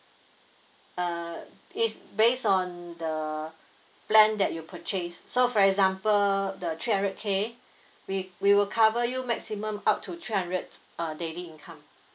uh is based on the plan that you purchase so for example the three hundred K we we will cover you maximum up to three hundred uh daily income